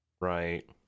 Right